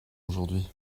aujourd’hui